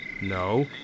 No